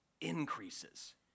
increases